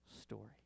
story